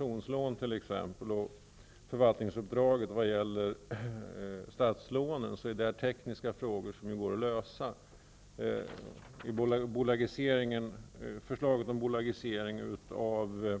och förvaltningsuppdraget beträffande statslånen, är ju tekniska problem som går att lösa. I förslaget om bolagisering av